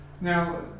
Now